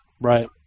Right